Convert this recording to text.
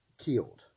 killed